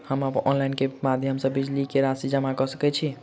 हम ऑनलाइन केँ माध्यम सँ बिजली कऽ राशि जमा कऽ सकैत छी?